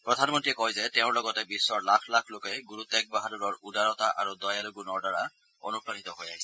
প্ৰধানমন্ত্ৰীয়ে কয় যে তেওঁৰ লগতে বিশ্বৰ লাখ লোকে গুৰু টেগ বাহাদুৰৰ উদাৰতা আৰু দয়ালু গুণৰ দ্বাৰা অনুপ্ৰাণিত হৈ আহিছে